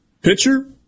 pitcher